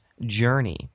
Journey